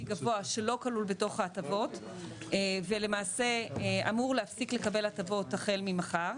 גבוה שלא כלול בתוך ההטבות ולמעשה אמור להפסיק לקבל הטבות החל ממחר.